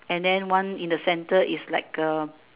and then one in the center is like a